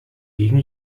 gegen